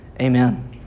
amen